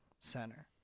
center